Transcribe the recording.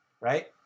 right